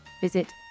visit